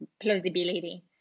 plausibility